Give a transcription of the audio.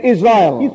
Israel